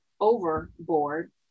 overboard